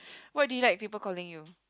what do you like people calling you